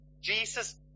Jesus